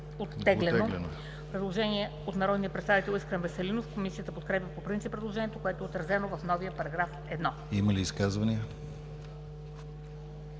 оттеглено. Предложение от народния представител Искрен Веселинов. Комисията подкрепя по принцип предложението, което е отразено в новия § 1. ПРЕДСЕДАТЕЛ